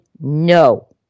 no